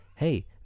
hey